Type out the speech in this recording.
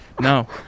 No